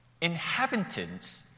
inhabitants